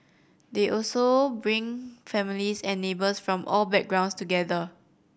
they also bring families and neighbours from all backgrounds together